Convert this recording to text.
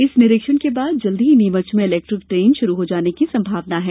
इस निरीक्षण के बाद जल्दी ही नीमच में इलेक्ट्रिक ट्रेन शुरू हो जाने की संभावना है